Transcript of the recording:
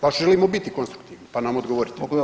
Baš želimo biti konstruktivni, pa nam odgovorite.